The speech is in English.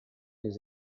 his